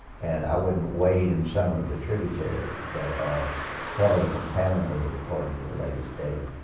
and i wouldn't wade in some of the tributaries that are heavily contaminated, according to to the latest data.